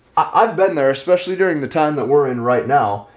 i've been there especially during the time that we're in right now.